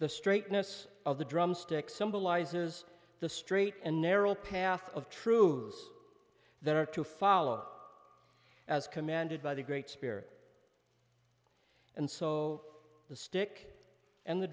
the straightness of the drumstick symbolizes the straight and narrow path of true voice that are to follow as commanded by the great spirit and so the stick and the